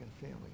family